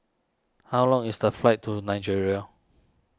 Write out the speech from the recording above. how long is the flight to Nigeria